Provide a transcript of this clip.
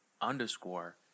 underscore